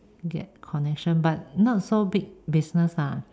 get connection but not so big business lah